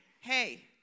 Hey